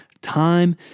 time